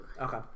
Okay